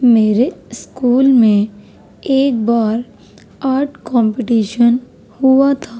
میرے اسکول میں ایک بار آرٹ کمپٹیشن ہوا تھا